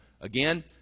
again